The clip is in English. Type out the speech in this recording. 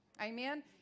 amen